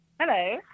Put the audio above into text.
hello